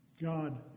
God